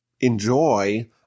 enjoy